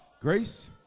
Grace